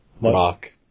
rock